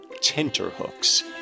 Tenterhooks